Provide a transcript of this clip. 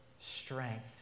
strength